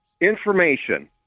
information